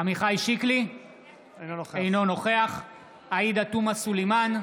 אינו נוכח עאידה תומא סלימאן,